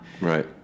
right